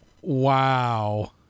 wow